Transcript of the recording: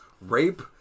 Rape